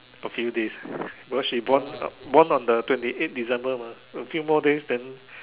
working days because she born born on the twenty eight December mah a few more days then